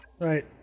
Right